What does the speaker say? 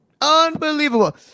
unbelievable